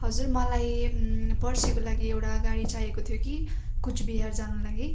हजुर मलाई पर्सिको लागि एउटा गाडी चाहिएको थियो कि कुचबिहार जानको लागि